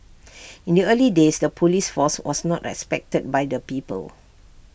in the early days the Police force was not respected by the people